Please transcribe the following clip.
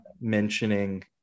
mentioning